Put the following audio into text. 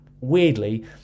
weirdly